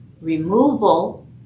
Removal